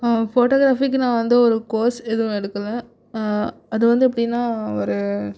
photo கிராஃபிக்கு நான் வந்து ஒரு கோர்ஸ் எதுவும் எடுக்கலை அது வந்து எப்படின்னா ஒரு